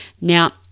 now